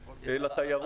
לתיירו.